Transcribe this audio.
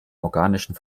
organischen